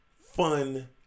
fun